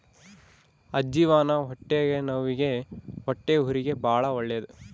ಅಜ್ಜಿವಾನ ಹೊಟ್ಟೆನವ್ವಿಗೆ ಹೊಟ್ಟೆಹುರಿಗೆ ಬಾಳ ಒಳ್ಳೆದು